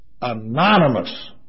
anonymous